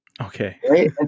Okay